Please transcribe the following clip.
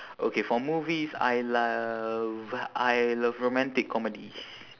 okay for movies I love I love romantic comedies